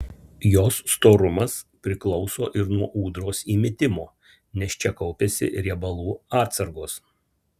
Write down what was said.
jos storumas priklauso ir nuo ūdros įmitimo nes čia kaupiasi riebalų atsargos